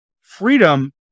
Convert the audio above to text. freedom